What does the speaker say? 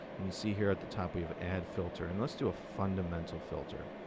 you can see here at the top we have add filter. and let's do a fundamental filter.